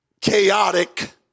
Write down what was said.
chaotic